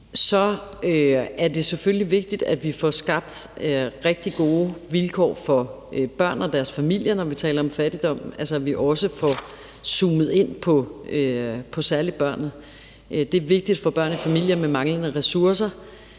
Så er det selvfølgelig vigtigt, at vi får skabt rigtig gode vilkår for børn og deres familier, når vi taler om fattigdom, altså at vi også får zoomet ind på særlig børnene. Det er vigtigt for børnefamilier med manglende ressourcer,